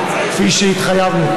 כפי שהתחייבנו,